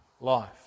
life